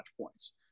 points